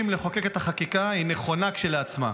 לחוקק את החקיקה היא נכונה כשלעצמה.